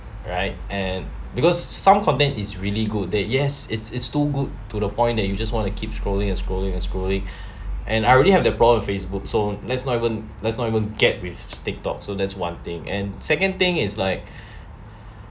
right and because some content is really good that yes it's it's too good to the point that you just want to keep scrolling and scrolling and scrolling and I already have the problem with facebook so let's not even let's not even get with tiktok so that's one thing and second thing is like